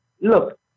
look